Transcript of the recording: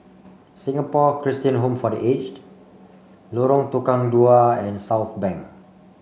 Singapore Christian Home for The Aged Lorong Tukang Dua and Southbank